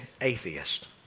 atheist